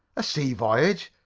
a sea voyage?